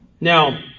Now